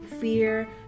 fear